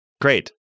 Great